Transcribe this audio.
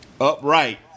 upright